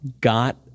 got